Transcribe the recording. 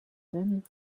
then